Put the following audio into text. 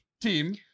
team